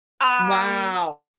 Wow